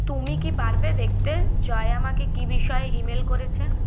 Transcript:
তুমি কি পারবে দেখতে জয় আমাকে কী বিষয়ে ইমেল করেছে